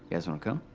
guys wanna come?